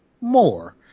more